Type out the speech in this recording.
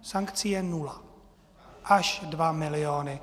Sankcí je nula až 2 miliony.